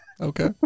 okay